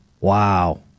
Wow